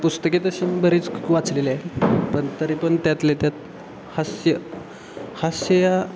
पुस्तके तशी बरीच वाचलेली आहे पण तरी पण त्यातले त्यात हास्य हास्य